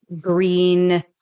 green